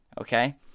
Okay